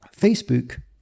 Facebook